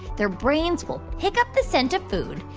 their brains will pick up the scent of food,